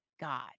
God